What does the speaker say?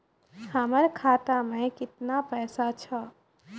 हमर खाता मैं केतना पैसा छह?